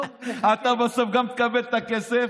טוב, אתה בסוף גם תקבל את הכסף